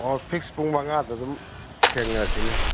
ꯑꯣ ꯐꯤꯛꯁ ꯄꯨꯡ ꯃꯉꯥꯗ ꯑꯗꯨꯝ ꯊꯦꯡꯅꯔꯁꯤꯅꯦ